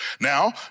Now